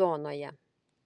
zonoje